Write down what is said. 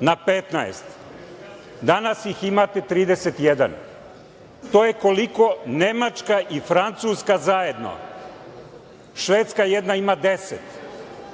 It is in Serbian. na 15. Danas ih ima 31. To je koliko Nemačka i Francuska zajedno, Švedska jedna ima 10.